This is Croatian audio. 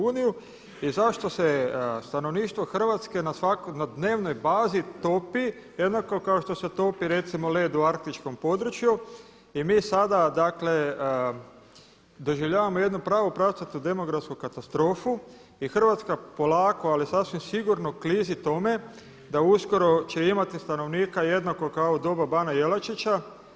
I zašto se stanovništvo Hrvatske na dnevnoj bazi topi jednako kao što se topi recimo led u arktičkom području i mi sada dakle doživljavamo jednu pravu pravcatu demografsku katastrofu i Hrvatska polako ali sasvim sigurno klizi tome da uskoro će imati stanovnika jednako kao u doba bana Jelačića.